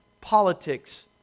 politics